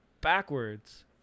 backwards